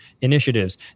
initiatives